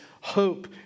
hope